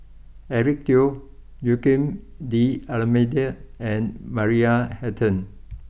Eric Teo Joaquim D'Almeida and Maria Hertogh